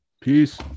Peace